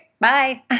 Bye